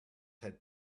had